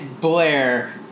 Blair